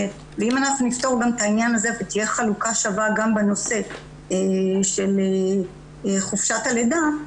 ואם נפתור גם את העניין הזה ותהיה חלוקה שווה גם בנושא של חופשת הלידה,